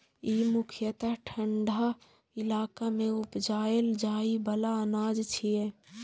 ई मुख्यतः ठंढा इलाका मे उपजाएल जाइ बला अनाज छियै